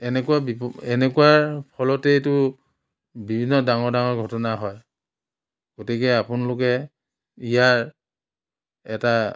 এনেকুৱা বিপ এনেকুৱা ফলতেইতো বিভিন্ন ডাঙৰ ডাঙৰ ঘটনা হয় গতিকে আপোনলোকে ইয়াৰ এটা